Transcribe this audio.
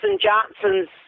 Johnson's